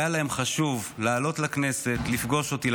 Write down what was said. היה להם חשוב לעלות לכנסת לפגוש אותי,